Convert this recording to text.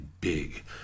big